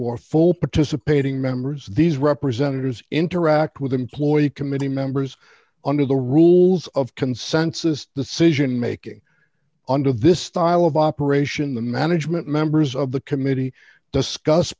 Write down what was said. who are full participating members these representatives interact with employee committee members under the rules of consensus decision making under this style of operation the management members of the committee discuss